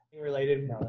related